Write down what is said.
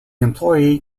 employee